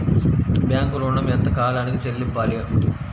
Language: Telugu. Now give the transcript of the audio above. బ్యాంకు ఋణం ఎంత కాలానికి చెల్లింపాలి?